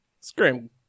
Scream